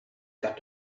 got